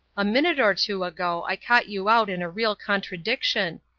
a minute or two ago i caught you out in a real contradiction.